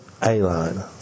A-line